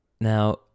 now